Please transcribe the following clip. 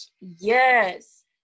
Yes